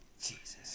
Jesus